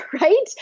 right